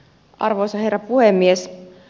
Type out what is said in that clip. arvoisa herra puhemies